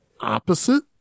opposite